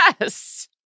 Yes